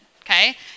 Okay